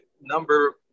number